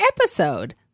episode